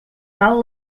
cal